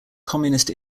communist